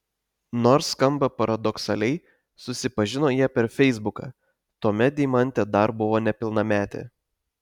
nors skamba paradoksaliai susipažino jie per feisbuką tuomet deimantė dar buvo nepilnametė